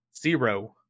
zero